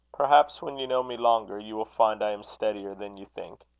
perhaps, when you know me longer, you will find i am steadier than you think.